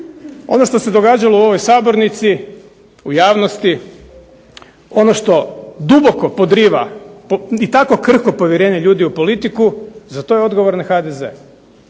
Ono što se događalo u ovoj sabornici, u javnosti, ono što duboko podriva i tako krhko povjerenje ljudi u politiku za to je odgovoran HDZ,